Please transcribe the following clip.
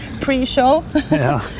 pre-show